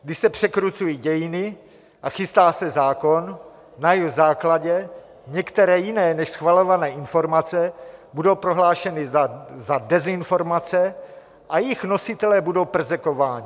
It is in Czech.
Když se překrucují dějiny a chystá se zákon, na jehož základě některé jiné než schvalované informace budou prohlášeny za dezinformace a jejich nositelé budou perzekvováni.